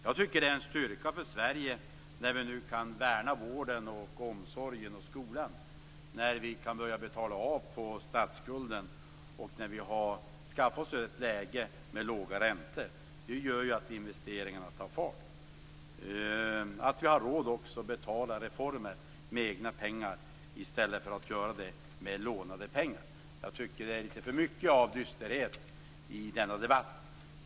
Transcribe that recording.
Jag tycker att det är en styrka för Sverige när vi nu kan värna vården, omsorgen och skolan, när vi kan börja betala av på statsskulden och när vi har skaffat oss ett läge med låga räntor. Det gör ju att investeringarna tar fart. Det gör också att vi har råd att betala reformer med egna pengar i stället för att göra det med lånade pengar. Jag tycker att det är litet för mycket av dysterhet i denna debatt.